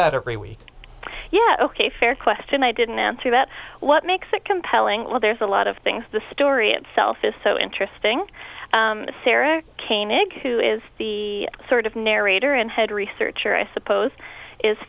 that every week yeah ok fair question i didn't answer that what makes compelling well there's a lot of things the story itself is so interesting sara kane exude is the sort of narrator and head researcher i suppose is